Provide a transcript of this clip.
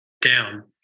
down